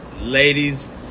Ladies